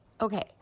Okay